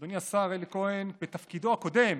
אדוני, השר אלי כהן בתפקידו הקודם